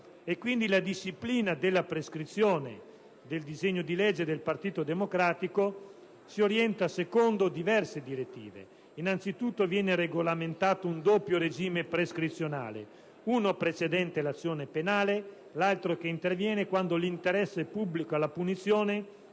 Quindi, la disciplina della prescrizione nel disegno di legge del Partito Democratico si orienta secondo diverse direttive. Innanzitutto viene regolamentato un doppio regime prescrizionale: uno precedente all'azione penale, l'altro che interviene quando l'interesse pubblico alla punizione